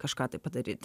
kažką tai padaryt